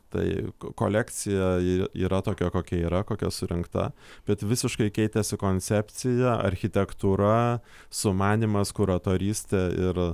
tai kolekcija ji yra tokia kokia yra kokia surinkta bet visiškai keitėsi koncepcija architektūra sumanymas kuratorystė ir